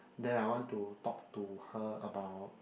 then I want to talk to her about